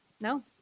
No